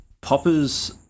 Popper's